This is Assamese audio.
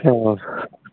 অঁ